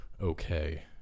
okay